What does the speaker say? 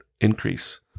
increase